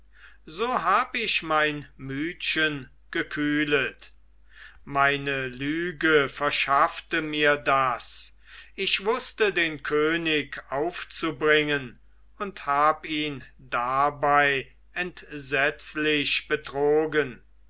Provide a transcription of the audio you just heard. so hab ich mein mütchen gekühlet meine lüge verschaffte mir das ich wußte den könig aufzubringen und hab ihn dabei entsetzlich betrogen